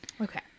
okay